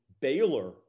Baylor